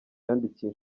yandikiye